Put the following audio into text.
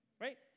right